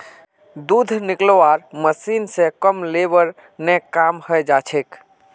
दूध निकलौव्वार मशीन स कम लेबर ने काम हैं जाछेक